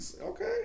okay